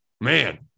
Man